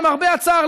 למרבה הצער,